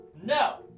No